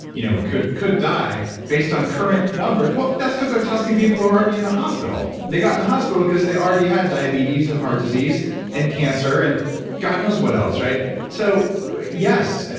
you know could could die based on current numbers. well that's because they're testing people who are already in the hospital and they got in the hospital because they already had diabetes and heart disease and cancer and god knows what else. so yes,